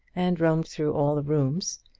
and roamed through all the rooms,